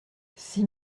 six